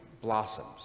blossoms